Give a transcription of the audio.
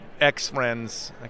ex-friends